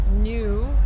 new